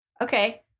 Okay